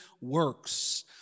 works